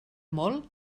molt